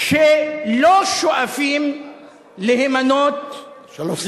שלא שואפים להימנות, שלוש סיעות.